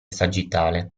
sagittale